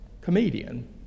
comedian